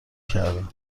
کردن